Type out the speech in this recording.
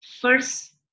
first